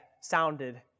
sounded